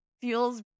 feels